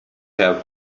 have